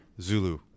Zulu